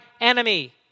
enemy